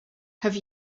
have